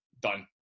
done